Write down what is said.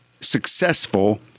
successful